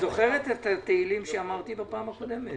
בשיווק השקעות